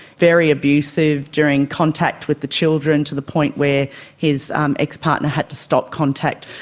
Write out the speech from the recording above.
very abusive during contact with the children to the point where his um ex-partner had to stop contact.